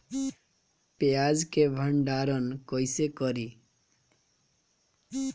प्याज के भंडारन कईसे करी?